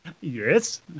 Yes